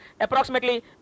approximately